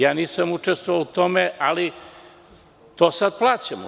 Ja nisam učestvovao u tome, ali to sad svi plaćamo.